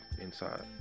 inside